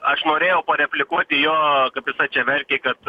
aš norėjau pareplikuot į jo kaip jisai čia verkė kad